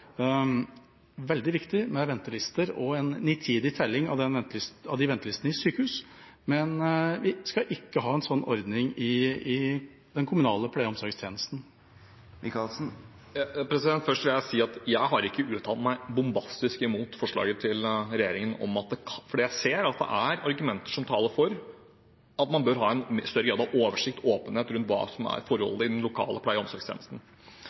veldig viktig med ventelister og en nitid telling av ventelistene i sykehus, mens vi ikke skal ha en slik ordning i den kommunale pleie- og omsorgsstjenesten? Først vil jeg si at jeg har ikke uttalt meg bombastisk imot forslaget til regjeringen, fordi jeg ser at det er argumenter som taler for at man bør ha en større grad av oversikt og åpenhet rundt hva som er forholdene i den lokale pleie- og omsorgstjenesten.